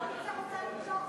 יכול להיות שאת רוצה למשוך זמן.